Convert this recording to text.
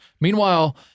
Meanwhile